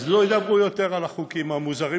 אז שלא ידברו יותר על החוקים המוזרים,